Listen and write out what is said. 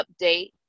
update